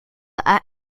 are